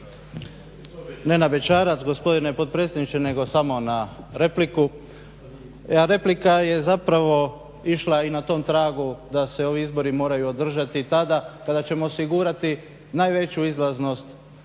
Ne na bećarac gospodine potpredsjedniče, nego samo na repliku. A replika je zapravo išla i na tom tragu da se ovi izbori moraju održati tada kada ćemo osigurati najveću izlaznost,